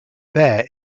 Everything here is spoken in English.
there